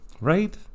Right